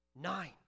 Nine